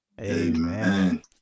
Amen